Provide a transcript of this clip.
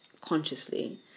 consciously